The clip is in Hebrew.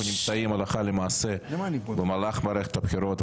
נמצאים הלכה למעשה במהלך מערכת הבחירות,